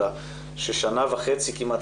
אלא ששנה וחצי כמעט,